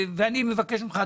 אני מבקש ממך,